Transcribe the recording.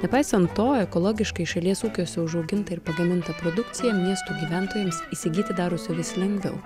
nepaisant to ekologiškai šalies ūkiuose užaugintą ir pagamintą produkciją miesto gyventojams įsigyti darosi vis lengviau